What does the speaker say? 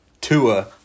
Tua